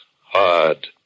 hard